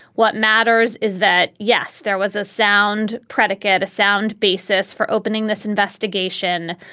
what matters is that, yes, there was a sound predicate, a sound basis for opening this investigation.